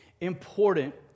important